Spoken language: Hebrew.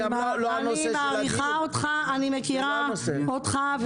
אני מעריכה אותך ואני מכירה אותך,